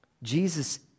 Jesus